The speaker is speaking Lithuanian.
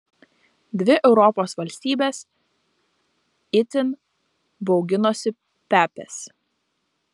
dvi europos valstybės itin bauginosi pepės